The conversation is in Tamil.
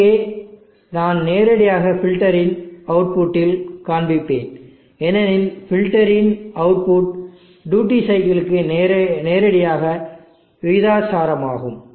இங்கே நான் நேரடியாக பில்டரின் அவுட்புட்டில் காண்பிப்பேன் ஏனெனில் பில்டரின் அவுட்புட் டியூட்டி சைக்கிளுக்கு நேரடியாக விகிதாசாரமாகும்